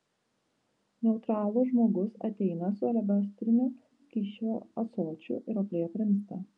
neutralų žmogus ateina su alebastriniu skysčio ąsočiu ir ropliai aprimsta